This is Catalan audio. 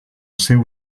seu